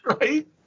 right